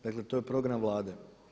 Dakle to je program Vlade.